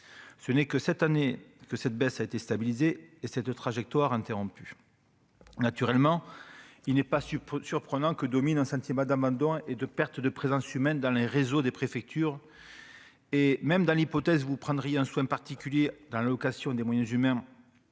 ce n'est que cette année que cette baisse a été stabilisé et cette trajectoire interrompue, naturellement, il n'est pas si surprenant que domine un sentiment d'abandon et de perte de présence humaine dans les réseaux des préfectures et même dans l'hypothèse, vous prendriez un soin particulier dans l'allocation des moyens humains